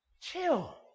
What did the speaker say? Chill